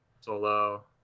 Solo